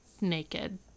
naked